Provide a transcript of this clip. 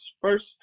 First